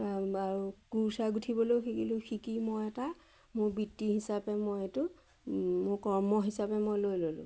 আৰু কুৰ্চাই গুঠিবলৈও শিকিলোঁ শিকি মই এটা মোৰ বৃত্তি হিচাপে মই এইটো মোৰ কৰ্ম হিচাপে মই লৈ ল'লোঁ